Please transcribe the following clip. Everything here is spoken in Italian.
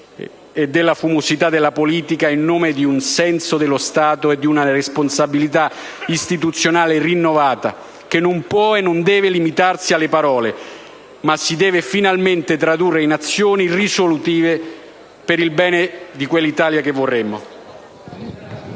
e della fumosità della politica in nome di un senso dello Stato e di una responsabilità istituzionale rinnovata, che non può e non deve limitarsi alle parole, ma si deve finalmente tradurre in azioni risolutive per il bene di quell'Italia che vorremmo.